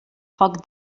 foc